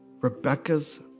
Rebecca's